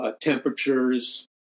Temperatures